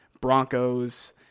Broncos